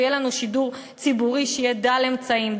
ויהיה לנו שידור ציבורי שיהיה דל אמצעים,